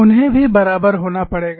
उन्हें भी बराबर होना पड़ेगा